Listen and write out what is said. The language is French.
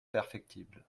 perfectible